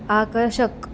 आकर्षक